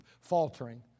faltering